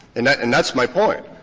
and that and that's my point,